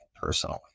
personally